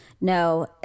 no